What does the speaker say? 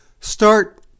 start